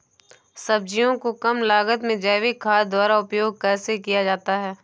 सब्जियों को कम लागत में जैविक खाद द्वारा उपयोग कैसे किया जाता है?